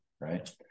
right